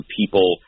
people